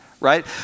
right